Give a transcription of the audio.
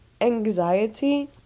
anxiety